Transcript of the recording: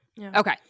Okay